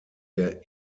der